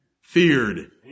feared